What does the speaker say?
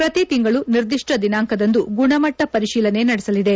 ಪ್ರತಿತಿಂಗಳು ನಿರ್ದಿಷ್ಟ ದಿನಾಂಕದಂದು ಗುಣಮಟ್ಟ ಪರಿಶೀಲನೆ ನಡೆಸಲಿದೆ